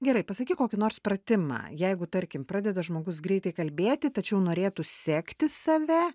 gerai pasakyk kokį nors pratimą jeigu tarkim pradeda žmogus greitai kalbėti tačiau norėtų sekti save